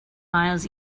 miles